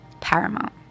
Paramount